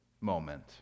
moment